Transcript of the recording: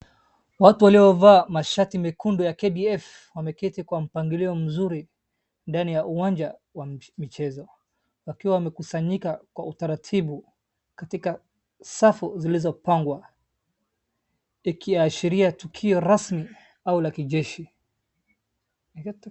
Watu waliovaa mashati mekundu ya KDF wameketi kwa mpangilio mzuri ndani ya uwanja wa michezo wakiwa wamekusanyika kwa utaratibu katika safu zilizopangwa ikiashiria tukio rasmi au la kijeshi.